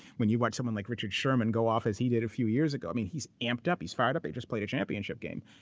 when you watch someone like richard sherman go off as he did a few years ago, i mean he's amped up, he's fired up. he just played a championship game.